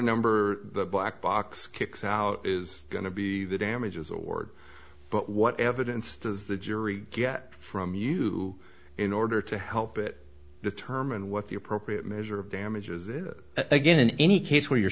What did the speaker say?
number the black box kicks out is going to be the damages award but what evidence does the jury get from you in order to help it determine what the appropriate measure of damages it is again in any case where you're